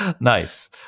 nice